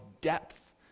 depth